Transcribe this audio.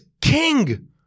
king